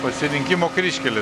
pasirinkimo kryžkelė